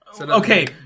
Okay